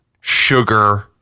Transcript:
sugar